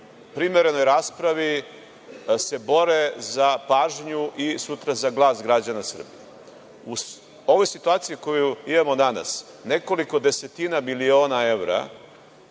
primerenoj raspravi se bore za pažnju i sutra za glas građana Srbije.U ovoj situaciji koju imamo danas nekoliko desetina biliona evra,